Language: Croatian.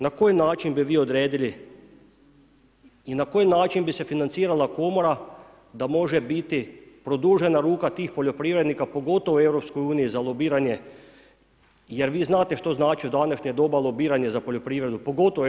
Na koji način bi vi odredili i na koji način bi se financirala Komora, da može biti produžena ruka tih poljoprivrednika pogotovo u EU, za lobiranje, jer vi znate što znači u današnje doba lobiranje za poljoprivredu, pogotovo u EU.